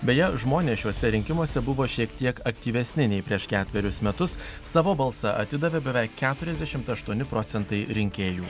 beje žmonės šiuose rinkimuose buvo šiek tiek aktyvesni nei prieš ketverius metus savo balsą atidavė beveik keturiasdešimt aštuoni procentai rinkėjų